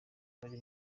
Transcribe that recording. bari